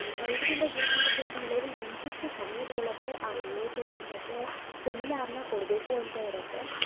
ಇದರಿಂದ ಏನಾಗತ್ತೆ ಅಂತ ಹೇಳಿದರೆ ಇಂತಿಷ್ಟು ಸಮಯದೊಳಗಡೆ ಆ ನಿಯೋಜನೆ ಮತ್ತು ಸೆಮಿನಾರನ್ನ ಕೊಡಬೇಕು ಅಂತ ಇರತ್ತೆ